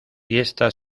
fiesta